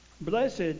Blessed